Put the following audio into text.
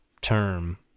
term